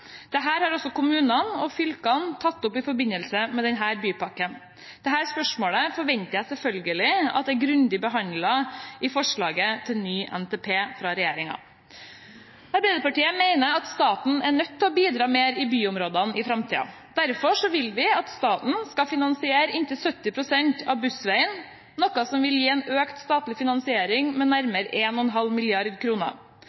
har også kommunene og fylket tatt opp i forbindelse med denne bypakken. Dette spørsmålet forventer jeg selvfølgelig er grundig behandlet i forslaget til ny nasjonal transportplan fra regjeringen. Arbeiderpartiet mener at staten er nødt til å bidra mer i byområdene i framtiden. Derfor vil vi at staten skal finansiere inntil 70 pst. av Bussveien, noe som vil gi en økt statlig finansiering med